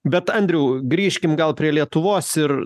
bet andriau grįžkim gal prie lietuvos ir